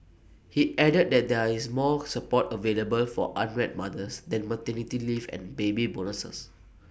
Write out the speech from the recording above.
he added that there is more support available for unwed mothers than maternity leave and baby bonuses